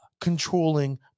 controlling